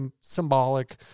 symbolic